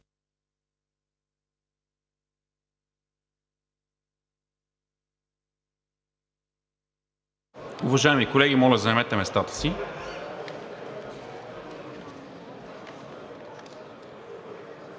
Уважаеми колеги, моля, заемете местата си.